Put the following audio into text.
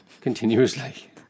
continuously